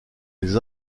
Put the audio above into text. les